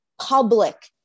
public